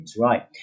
right